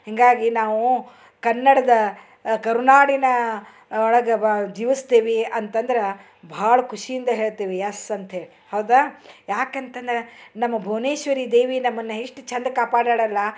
ಹೀಗಾಗಿ ನಾವು ಕನ್ನಡದ ಕರುನಾಡಿನ ಒಳಗೆ ಬಾ ಜೀವಿಸ್ತೇವಿ ಅಂತಂದ್ರೆ ಭಾಳ ಖುಷಿಯಿಂದ ಹೇಳ್ತೇವೆ ಯಸ್ ಅಂತೇಳಿ ಹೌದಾ ಯಾಕಂತಂದ್ರೆ ನಮ್ಮ ಭುವನೇಶ್ವರಿ ದೇವಿ ನಮ್ಮನ್ನು ಎಷ್ಟು ಚೆಂದ ಕಾಪಾಡ್ಯಾಳಲ್ಲ